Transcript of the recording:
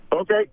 Okay